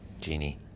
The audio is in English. Genie